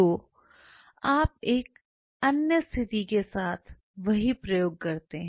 तो आप एक अन्य स्थिति के साथ वही प्रयोग करते हैं